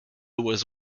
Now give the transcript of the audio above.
was